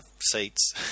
seats